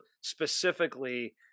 specifically